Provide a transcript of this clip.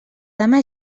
demà